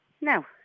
No